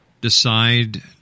decide